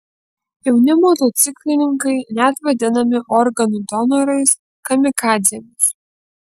jauni motociklininkai net vadinami organų donorais kamikadzėmis